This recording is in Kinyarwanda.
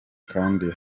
kandi